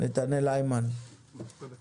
נתנאל היימן, בבקשה.